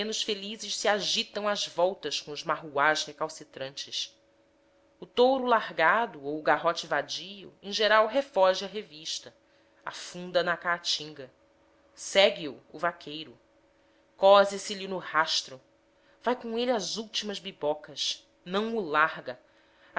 felizes se agitam às voltas com os marruás recalcitrantes o touro largado ou o garrote vadio em geral refoge à revista afunda na caatinga segue o vaqueiro cose lhe no rastro vai com ele às últimas bibocas não o larga